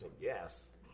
yes